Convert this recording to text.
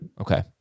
Okay